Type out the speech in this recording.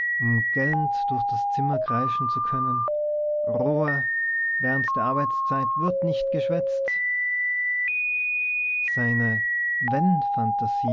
um gellend durch das zimmer kreischen zu können ruhe während der arbeitszeit wird nicht geschwätzt seine wenn